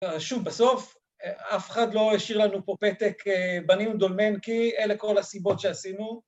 שוב בסוף, אף אחד לא השאיר לנו פה פתק בנים דולמנקי, אלה כל הסיבות שעשינו